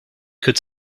could